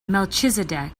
melchizedek